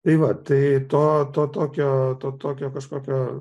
tai va tai to tokio to tokio kažkokio